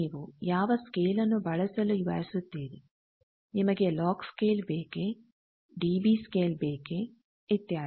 ನೀವು ಯಾವ ಸ್ಕೇಲ್ನ್ನು ಬಳಸಲು ಬಯಸುತ್ತೀರಿ ನಿಮಗೆ ಲೋಗ್ ಸ್ಕೇಲ್ ಬೇಕೇ ಡಿ ಬಿ ಸ್ಕೇಲ್ ಬೇಕೇ ಇತ್ಯಾದಿ